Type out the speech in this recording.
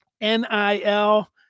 NIL